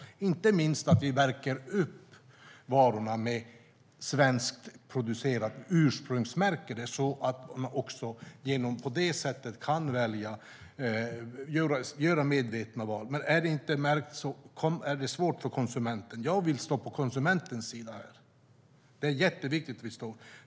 Det handlar inte minst om att vi ursprungsmärker varorna så att man ser att de är svenskproducerade. På det sättet kan konsumenten göra medvetna val. Om inte varorna är märkta är det svårt för konsumenten. Jag vill stå på konsumentens sida här. Det är jätteviktigt att vi gör det.